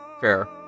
Fair